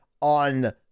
on